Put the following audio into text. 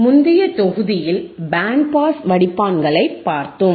முந்தைய தொகுதியில் band pass வடிப்பான்களை பார்த்தோம்